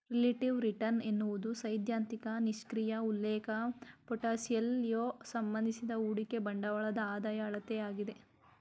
relative return ಎನ್ನುವುದು ಸೈದ್ಧಾಂತಿಕ ನಿಷ್ಕ್ರಿಯ ಉಲ್ಲೇಖ ಪೋರ್ಟ್ಫೋಲಿಯೋ ಸಂಬಂಧಿಸಿದ ಹೂಡಿಕೆ ಬಂಡವಾಳದ ಆದಾಯ ಅಳತೆಯಾಗಿದೆ